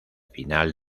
final